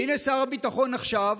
והינה, שר הביטחון עכשיו,